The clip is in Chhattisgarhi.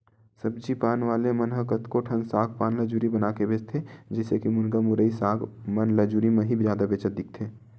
सब्जी पान वाले मन ह कतको ठन साग पान ल जुरी बनाके बेंचथे, जइसे के मुनगा, मुरई, साग मन ल जुरी म ही जादा बेंचत दिखथे